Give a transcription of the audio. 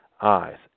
eyes